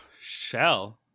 Shell